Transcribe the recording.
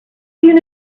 you